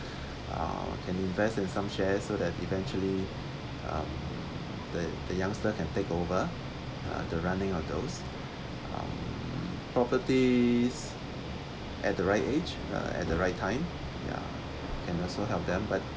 um can invest in some shares so that eventually um the the youngster can take over uh the running of those um properties at the right age uh at the right time ya and also help them but